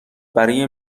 برای